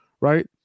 Right